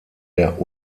der